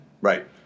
Right